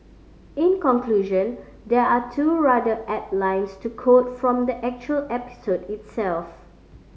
in conclusion there are two rather apt lines to quote from the actual episode itself